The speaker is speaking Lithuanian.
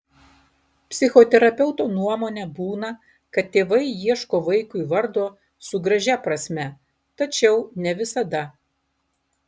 psichoterapeuto nuomone būna kad tėvai ieško vaikui vardo su gražia prasme tačiau ne visada